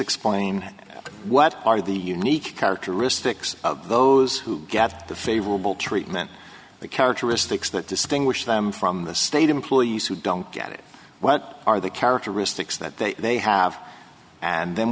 explain what are the unique characteristics of those who get the favorable treatment the characteristics that distinguish them from the state employees who don't get it what are the characteristics that they have and then